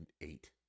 eight